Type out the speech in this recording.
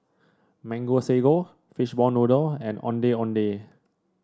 Mango Sago Fishball Noodle and Ondeh Ondeh